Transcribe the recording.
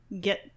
get